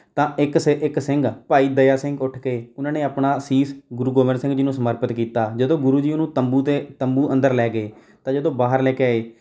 ਤਾਂ ਇੱਕ ਸਿਰ ਇੱਕ ਸਿੰਘ ਭਾਈ ਦਇਆ ਸਿੰਘ ਉੱਠ ਕੇ ਉਹਨਾਂ ਨੇ ਆਪਣਾ ਸੀਸ ਗੁਰੂ ਗੋਬਿੰਦ ਸਿੰਘ ਜੀ ਨੂੰ ਸਮਰਪਿਤ ਕੀਤਾ ਜਦੋਂ ਗੁਰੂ ਜੀ ਉਹਨੂੰ ਤੰਬੂ ਦੇ ਤੰਬੂ ਅੰਦਰ ਲੈ ਗਏ ਤਾਂ ਜਦੋਂ ਬਾਹਰ ਲੈ ਕੇ ਆਏ